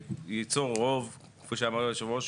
ייצור רוב כפי שאמר היושב-ראש,